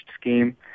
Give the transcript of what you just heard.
scheme